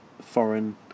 foreign